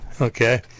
okay